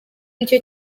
nicyo